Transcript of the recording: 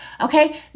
okay